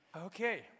Okay